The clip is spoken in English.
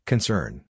Concern